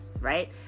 Right